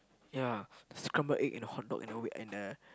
ya scramble egg in a hot dog you know wait and a